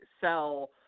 sell